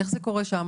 איך זה קורה שם?